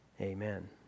Amen